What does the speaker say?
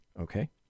okay